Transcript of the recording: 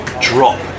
drop